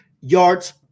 yards